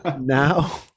now